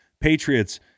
Patriots